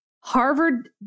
Harvard